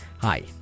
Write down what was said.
Hi